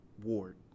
ward